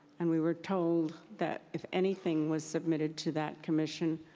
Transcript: and we were told that if anything was submitted to that commission,